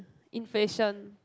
inflation